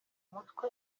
umutwe